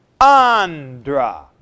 Andra